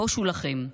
בושו לכם.